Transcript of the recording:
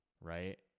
right